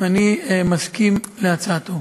ואני מסכים להצעתו.